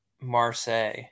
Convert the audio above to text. marseille